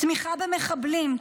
"תמיכה במחבלים",